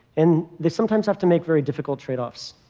and they sometimes have to make very difficult trade-offs.